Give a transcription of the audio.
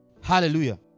Hallelujah